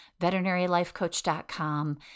veterinarylifecoach.com